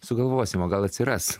sugalvosim o gal atsiras